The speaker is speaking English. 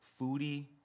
Foodie